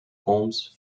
holmes